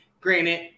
Granted